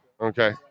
Okay